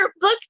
book